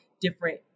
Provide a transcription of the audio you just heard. different